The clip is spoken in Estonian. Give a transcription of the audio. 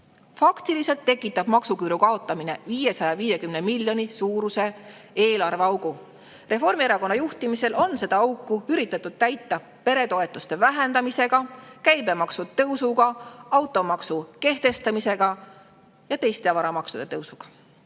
Faktiliselt tekitab maksuküüru kaotamine 550 miljoni euro suuruse eelarveaugu. Reformierakonna juhtimisel on seda auku üritatud täita peretoetuste vähendamisega, käibemaksu tõusuga, automaksu kehtestamisega ja teiste varamaksude tõusuga.